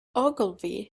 ogilvy